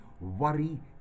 worry